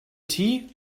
tnt